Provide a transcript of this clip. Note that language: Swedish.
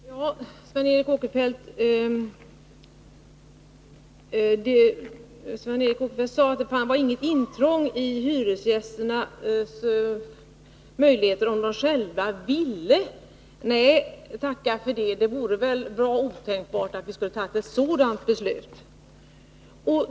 Fru talman! Sven Eric Åkerfeldt sade att det inte var något intrång i hyresgästernas möjligheter, om de själva ville. Nej, tacka för det! Det vore väl otänkbart att vi skulle fatta ett sådant beslut.